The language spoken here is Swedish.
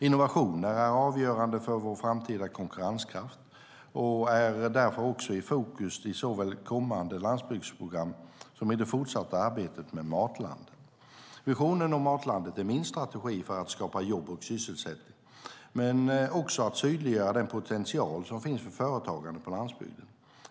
Innovationer är avgörande för vår framtida konkurrenskraft och är därför också i fokus såväl i kommande landsbygdsprogram som i det fortsatta arbetet med Matlandet. Visionen om Matlandet är min strategi för att skapa jobb och sysselsättning men också för att synliggöra den potential som finns för företagande på landsbygden.